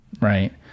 right